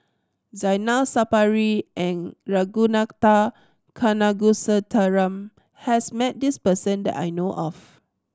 Zainal Sapari and Ragunathar Kanagasuntheram has met this person that I know of